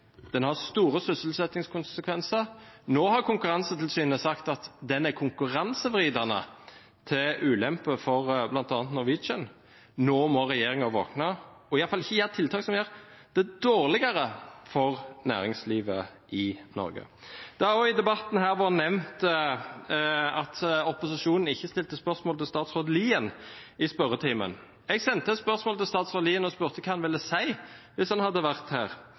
Den har store sysselsettingskonsekvenser. Nå har Konkurransetilsynet sagt at den er konkurransevridende, til ulempe for bl.a. Norwegian. Nå må regjeringen våkne og i hvert fall ikke gjøre tiltak som gjør det dårligere for næringslivet i Norge. Det har i debatten her også vært nevnt at opposisjonen ikke stilte spørsmål til statsråd Lien i spørretimen. Jeg sendte spørsmål til statsråd Lien og spurte hva han ville sagt hvis han hadde vært her.